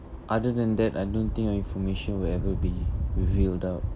other than that I don't think our information will ever be revealed out